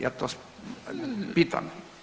Ja to pitam.